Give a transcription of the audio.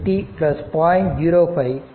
05 e 10t 0